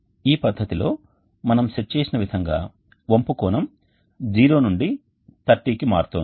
ఈ పద్ధతిలో మనము సెట్ చేసిన విధంగా వంపు కోణం 0 నుండి 30కి మారుతోంది